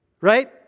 Right